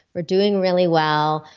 we're doing really well,